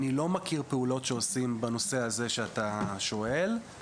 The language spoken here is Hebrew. אני לא מכיר פעולות שעושים בנושא הזה שאתה שואל לגביו,